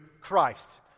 Christ